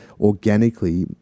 organically